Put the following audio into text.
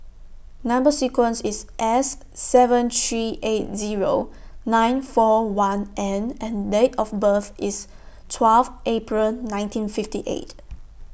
Number sequence IS S seven three eight Zero nine four one N and Date of birth IS twelve April nineteen fifty eight